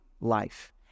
life